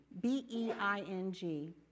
B-E-I-N-G